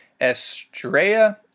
Estrella